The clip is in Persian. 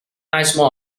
حجم